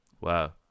Wow